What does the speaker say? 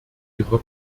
ihrer